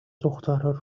دخترا